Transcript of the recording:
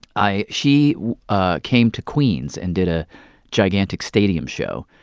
i she ah came to queens and did a gigantic stadium show.